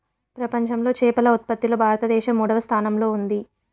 ప్రపంచంలో చేపల ఉత్పత్తిలో భారతదేశం మూడవ స్థానంలో ఉంది